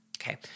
Okay